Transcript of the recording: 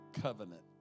covenant